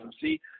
see